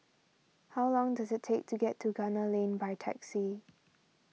how long does it take to get to Gunner Lane by taxi